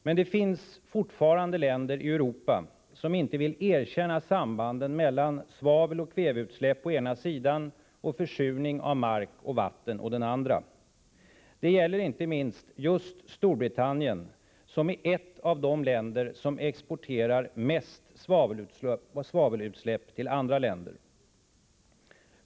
Men det finns fortfarande länder i Europa som inte vill erkänna sambanden mellan svaveloch kväveutsläpp å ena sidan och försurning av mark och vatten å den andra. Det gäller inte minst just Storbritannien, som är ett av de länder som ”exporterar” mest svavelutsläpp till andra länder.